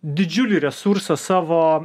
didžiulį resursą savo